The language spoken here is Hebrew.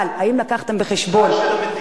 אבל האם הבאתם בחשבון,